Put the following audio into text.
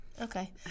Okay